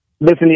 Listen